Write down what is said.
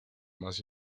más